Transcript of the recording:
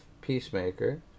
Peacemaker